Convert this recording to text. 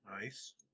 Nice